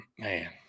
Man